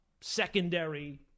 secondary